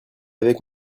avec